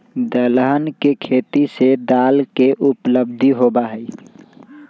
दलहन के खेती से दाल के उपलब्धि होबा हई